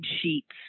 sheets